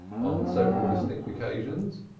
on several distinct occasions,